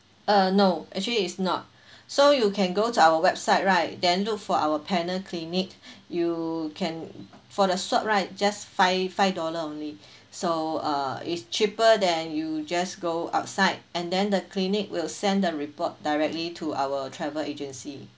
uh no actually it's not so you can go to our website right then look for our panel clinic you can for the swab right just five five dollar only so uh it's cheaper than you just go outside and then the clinic will send the report directly to our travel agency